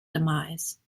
demise